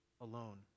alone